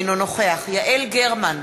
אינו נוכח יעל גרמן,